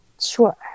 Sure